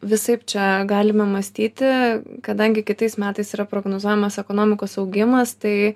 visaip čia galime mąstyti kadangi kitais metais yra prognozuojamas ekonomikos augimas tai